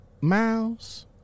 miles